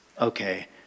okay